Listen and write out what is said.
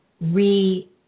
re